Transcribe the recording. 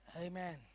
Amen